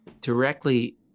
directly